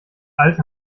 alte